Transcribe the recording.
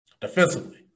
defensively